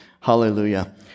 Hallelujah